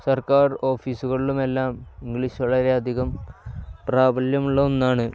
സർക്കാർ ഓഫീസുകളിലുമെല്ലാം ഇംഗ്ലീഷ് വളരെയധികം പ്രാബല്യമുള്ള ഒന്നാണ്